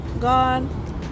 God